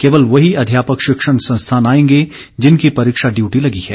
केवल वही अध्यापक शिक्षण संस्थान आएंगे जिनकी परीक्षा डयूटी लगी है